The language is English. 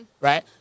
Right